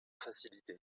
facilitées